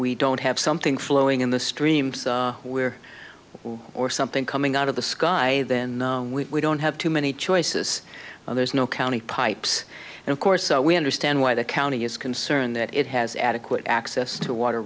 we don't have something flowing in the streams where or something coming out of the sky then we don't have too many choices there's no county pipes and of course so we understand why the county is concerned that it has adequate access to water